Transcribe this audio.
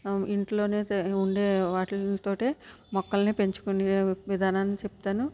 ఇంట్లో ఉండే వాటితోటి మొక్కలని పెంచుకునే విధానాన్ని చెప్తాను